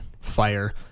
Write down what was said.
fire